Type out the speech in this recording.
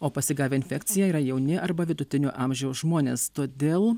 o pasigavę infekciją yra jauni arba vidutinio amžiaus žmonės todėl